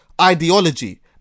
ideology